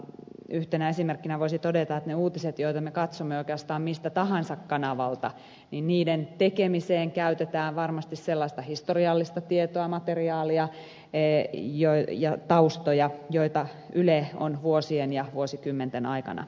yhtenä esimerkkinä voisi todeta että niiden uutisten joita me katsomme oikeastaan miltä tahansa kanavalta tekemiseen käytetään varmasti sellaista historiallista tietoa materiaalia ja taustoja joita yle on vuosien ja vuosikymmenten aikana koonnut